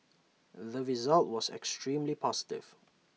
the result was extremely positive